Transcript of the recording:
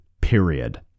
period